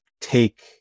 take